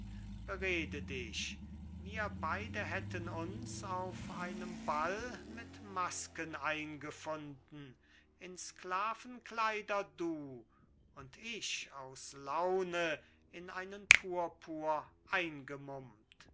berede dich wir beide hätten uns auf einem ball mit masken eingefunden in sklavenkleider du und ich aus laune in einen purpur eingemummt